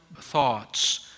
thoughts